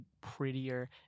prettier